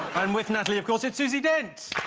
um with natalie. of course, it's susie dent